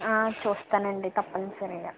చూస్తానండి తప్పని సరిగా